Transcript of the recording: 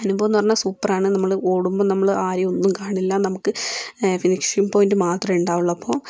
അനുഭവം എന്ന് പറഞ്ഞാൽ സൂപ്പറാണ് നമ്മള് ഓടുമ്പോൾ നമ്മള് ആരെയും ഒന്നും കാണില്ല നമുക്ക് ഫിനിഷിങ് പോയിൻറ്റ് മാത്രമെ ഉണ്ടാകുകയുള്ളു അപ്പം